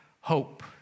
hope